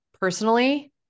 personally